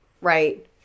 right